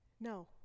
No